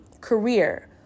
career